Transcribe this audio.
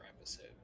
episode